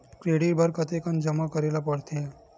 Credit बर कतेकन जमा करे ल पड़थे?